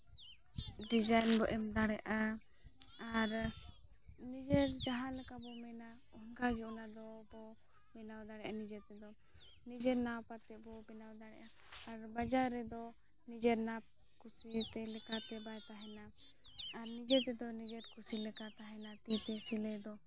design ᱵᱚᱱ ᱮᱢ ᱫᱟᱲᱮᱭᱟᱜᱼᱟ ᱟᱨ ᱱᱤᱡᱮᱨ ᱡᱟᱦᱟᱸ ᱞᱮᱠᱟ ᱵᱚᱱ ᱢᱮᱱᱟ ᱚᱱᱠᱟ ᱜᱮ ᱚᱱᱟ ᱫᱚ ᱵᱚ ᱵᱮᱱᱟᱣ ᱫᱟᱲᱮᱭᱟᱜᱼᱟ ᱱᱤᱡᱮ ᱛᱮᱫᱚ ᱱᱤᱡᱮ ᱱᱟᱯ ᱟᱛᱮᱫ ᱵᱚᱱ ᱵᱮᱱᱟᱣ ᱫᱟᱲᱮᱭᱟᱜᱼᱟ ᱟᱨ ᱵᱟᱡᱟᱨ ᱨᱮᱫᱳ ᱱᱤᱡᱮᱨ ᱱᱟᱜ ᱠᱩᱥᱤᱛᱮ ᱞᱮᱠᱟᱛᱮ ᱵᱟᱭ ᱛᱟᱦᱮᱱᱟ ᱟᱨ ᱱᱤᱡᱮ ᱛᱮᱫᱚ ᱱᱤᱡᱮᱨ ᱠᱩᱥᱤ ᱞᱮᱠᱟ ᱛᱟᱦᱮᱱᱟ ᱛᱤᱛᱮ ᱥᱤᱞᱟᱹᱭ ᱫᱚ